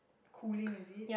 cooling is it